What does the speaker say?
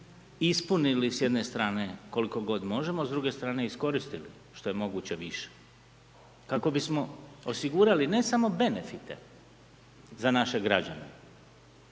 ispunili s jedne strane koliko god možemo, a s druge strane iskoristili što je moguće više, kako bismo osigurali ne samo benefite za naše građane,